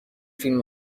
فیلم